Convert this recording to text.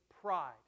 pride